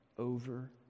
over